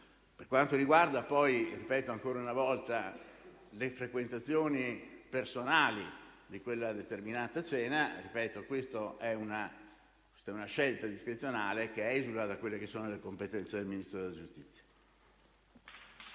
Per quanto riguarda poi - ripeto ancora una volta - le frequentazioni personali di quella determinata cena, si tratta di una scelta discrezionale che esula dalle competenze del Ministro della giustizia.